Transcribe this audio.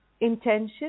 Intention